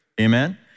Amen